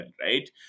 right